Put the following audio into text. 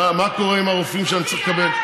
מה קורה עם הרופאים שאני צריך לקבל.